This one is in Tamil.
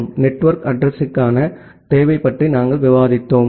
இப்போது நெட்வொர்க் அட்ரஸிங்க்கான தேவை பற்றி நாம் விவாதிக்கிறோம்